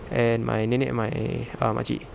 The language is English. and my nenek my err makcik